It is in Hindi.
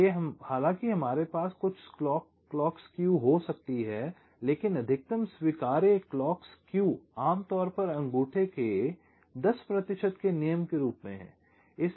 इसलिए हालांकि हमारे पास कुछ क्लॉक स्क्यू हो सकती है लेकिन अधिकतम स्वीकार्य क्लॉक स्क्यू आमतौर पर अंगूठे के 10 प्रतिशत के नियम के रूप में है